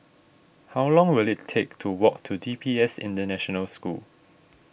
how long will it take to walk to D P S International School